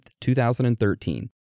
2013